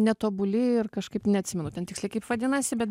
netobuli ir kažkaip neatsimenu ten tiksliai kaip vadinasi bet